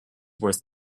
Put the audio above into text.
worth